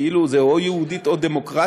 כאילו זה או יהודית או דמוקרטית,